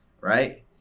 Right